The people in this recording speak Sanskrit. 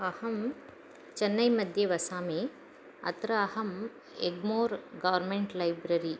अहं चन्नैमध्ये वसामि अत्र अहम् एग्मूर् गौर्मेण्ट् लैब्ररि